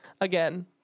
again